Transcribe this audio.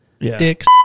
Dicks